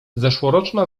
zeszłoroczna